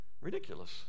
ridiculous